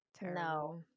no